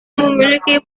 memiliki